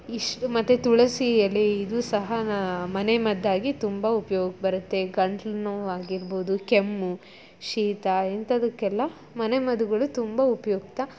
ಇಶ್ ಮತ್ತೆ ತುಳಸಿ ಎಲೆ ಇದು ಸಹ ಮನೆ ಮದ್ದಾಗಿ ತುಂಬ ಉಪ್ಯೋಗ ಬರುತ್ತೆ ಗಂಟ್ಲು ನೋವಾಗಿರಬಹುದು ಕೆಮ್ಮು ಶೀತ ಇಂಥದ್ದಕ್ಕೆಲ್ಲ ಮನೆ ಮದ್ದುಗಳು ತುಂಬ ಉಪಯುಕ್ತ